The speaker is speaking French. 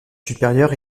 supérieurs